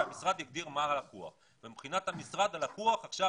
שהמשרד יגדיר מי הלקוח ומבחינת המשרד הלקוח עכשיו